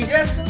Yes